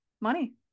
money